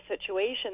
situation